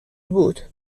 بود